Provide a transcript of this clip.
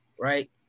right